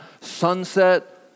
Sunset